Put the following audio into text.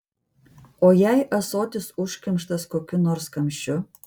o jei ąsotis užkimštas kokiu nors kamščiu